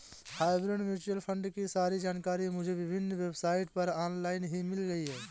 hybrid mutual fund की सारी जानकारी मुझे विभिन्न वेबसाइट पर ऑनलाइन ही मिल गयी